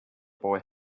boy